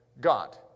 God